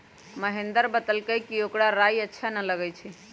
महेंदर बतलकई कि ओकरा राइ अच्छा न लगई छई